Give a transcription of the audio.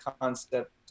concept